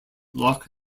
loch